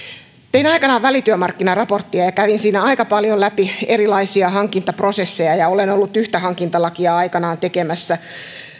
tein aikanaan välityömarkkinaraporttia ja kävin siinä aika paljon läpi erilaisia hankintaprosesseja ja olen ollut yhtä hankintalakia aikanaan tekemässä